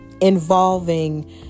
involving